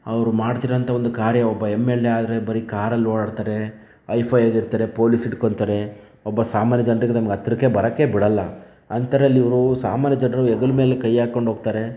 ಅವರು ಮಾಡ್ತೀರೋ ಅಂಥ ಒಂದು ಕಾರ್ಯ ಒಬ್ಬ ಎಮ್ ಎಲ್ ಎ ಆದರೆ ಬರೀ ಕಾರಲ್ಲಿ ಓಡಾಡ್ತಾರೆ ಹೈಫೈ ಆಗಿ ಇರ್ತಾರೆ ಪೊಲೀಸ್ ಹಿಡ್ಕೊಂತಾರೆ ಒಬ್ಬ ಸಾಮಾನ್ಯ ಜನರಿಗೆ ನಮಗೆ ಹತ್ತಿರಕ್ಕೆ ಬರೋಕ್ಕೇ ಬಿಡಲ್ಲ ಅಂತದ್ರಲ್ಲಿ ಇವರು ಸಾಮಾನ್ಯ ಜನರ ಹೆಗಲ ಮೇಲೆ ಕೈ ಹಾಕ್ಕೋಂಡು ಹೋಗ್ತಾರೆ